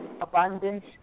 abundance